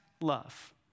love